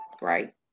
right